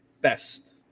best